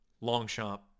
Longchamp